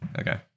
Okay